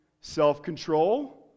self-control